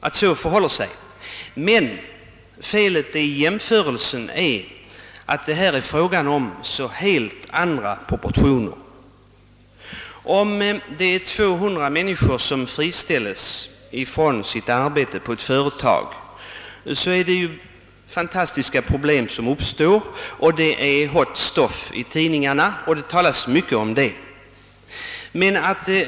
Felet i jämförelsen är emellertid att proportionerna är helt olika. Om 200 människor friställs från sitt arbete på ett företag, uppstår det fantastiska problem som är »hot stuff» i tidningarna, och det talas mycket om denna händelse.